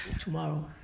tomorrow